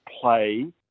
play